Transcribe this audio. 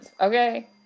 okay